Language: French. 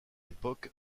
époque